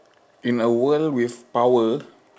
in a world with power